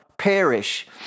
perish